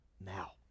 now